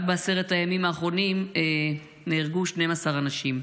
רק בעשרת הימים האחרונים נהרגו 12 אנשים.